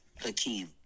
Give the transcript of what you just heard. Hakeem